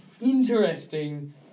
interesting